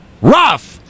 rough